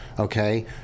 Okay